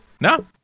No